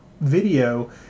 video